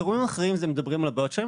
הגורמים האחרים מדברים על הבעיות שלהם,